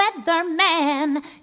Weatherman